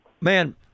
Man